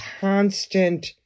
constant